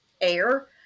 air